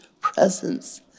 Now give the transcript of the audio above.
presence